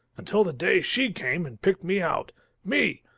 until the day she came and picked me out me,